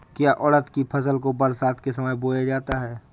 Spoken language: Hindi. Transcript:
क्या उड़द की फसल को बरसात के समय बोया जाता है?